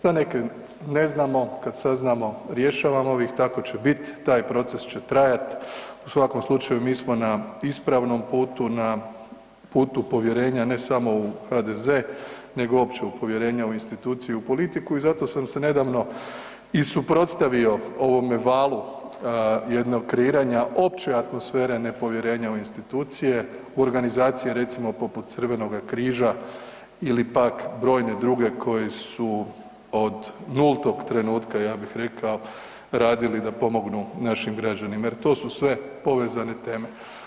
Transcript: Za neke ne znamo, kad saznamo rješavamo ih, tako će bit, taj proces će trajati, u svakom slučaju mi smo na ispravnom putu, na putu povjerenja ne samo u HDZ, nego uopće povjerenja u instituciju i u politiku i zato sam se nedavno i suprotstavio ovome valu jednog kreiranja opće atmosfere nepovjerenja u institucije, u organizacije recimo poput Crvenoga križa ili pak brojne druge koje su od nultog trenutka ja bih rekao radili da pomognu našim građanima jer to su sve povezane teme.